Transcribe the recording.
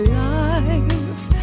life